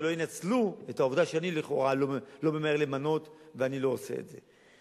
שלא ינצלו את העובדה שאני לכאורה לא ממהר למנות ולא עושה את זה.